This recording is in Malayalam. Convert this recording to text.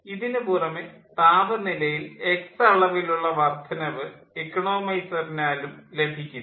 ഇതിനു പുറമേ താപനിലയിൽ എക്സ് അളവിലുള്ള വർദ്ധനവ് ഇക്കണോമൈസറിനാലും ലഭിക്കുന്നു